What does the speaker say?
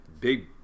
big